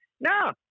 No